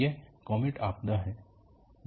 यह कॉमेट आपदा है